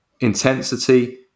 intensity